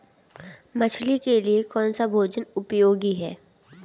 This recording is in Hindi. मछली के लिए कौन सा भोजन उपयोगी है?